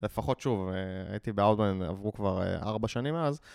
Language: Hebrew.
לפחות שוב, הייתי באודמן עברו כבר 4 שנים מאז.